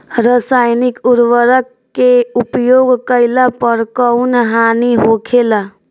रसायनिक उर्वरक के उपयोग कइला पर कउन हानि होखेला?